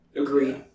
Agreed